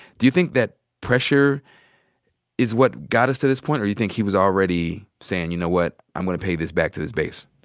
do you think that pressure is what got us to this point? or do you think he was already saying, you know what, i'm gonna pay this back to this base?